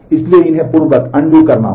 इसलिए इन्हें पूर्ववत करना होगा